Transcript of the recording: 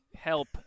Help